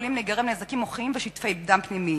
ועלולים להיגרם נזקים מוחיים ושטפי דם פנימיים.